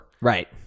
right